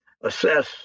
assess